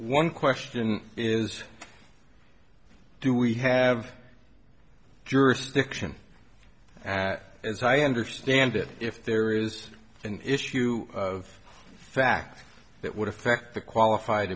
one question is do we have jurisdiction at as i understand it if there is an issue of fact that would affect the qualified